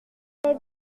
c’est